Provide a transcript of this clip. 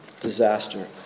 disaster